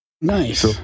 Nice